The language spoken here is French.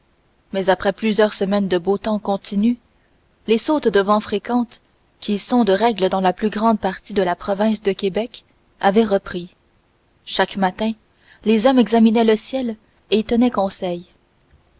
mais après plusieurs semaines de beau temps continu les sautes de vent fréquentes qui sont de règle dans la plus grande partie de la province de québec avaient repris chaque matin les hommes examinaient le ciel et tenaient conseil